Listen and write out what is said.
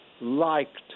liked